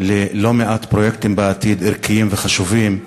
ללא מעט פרויקטים בעתיד, ערכיים וחשובים,